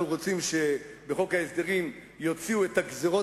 אנחנו רוצים שמחוק ההסדרים יוציאו את הגזירות